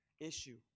issue